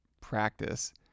practice